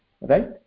Right